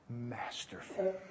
masterful